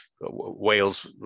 Wales